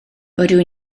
rydw